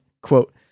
Quote